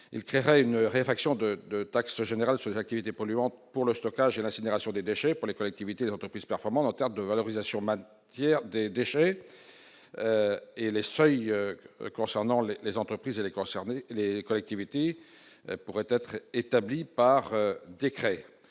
il créera une réflexion de de taxe générale sur l'activité polluante pour le stockage et l'incinération des déchets pour les collectivités, entreprises performantes en terme de valorisation Man hier des déchets et les seuils concernant le les entreprises concernées les collectivités pourraient être établie par décret,